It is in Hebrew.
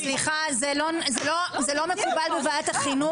סליחה, זה לא מקובל בוועדת החינוך.